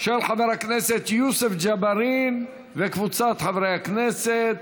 של חבר הכנסת יוסף ג'בארין וקבוצת חברי הכנסת.